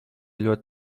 ļoti